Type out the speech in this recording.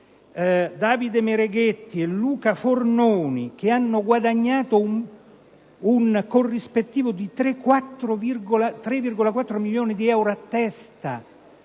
Davide Mereghetti e Luca Fornoni - hanno guadagnato un corrispettivo di 3,4 milioni di euro a testa,